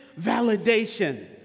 validation